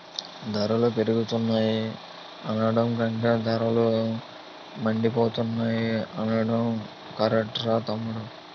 ధరలు పెరిగిపోతున్నాయి అనడం కంటే ధరలు మండిపోతున్నాయ్ అనడం కరెక్టురా తమ్ముడూ